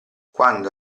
quando